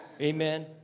amen